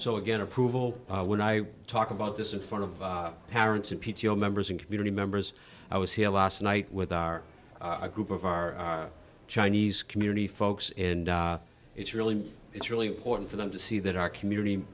so again approval when i talk about this in front of parents and p t o members and community members i was here last night with our a group of our chinese community folks and it's really it's really important for them to see that our community